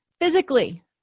Physically